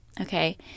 okay